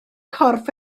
corff